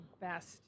best